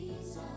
Jesus